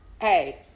Hey